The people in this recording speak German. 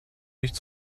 nicht